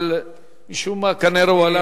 הוא היה רשום, אבל משום מה כנראה הוא הלך.